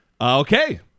Okay